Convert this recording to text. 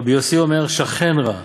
רבי יוסי אומר, שכן רע,